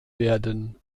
werden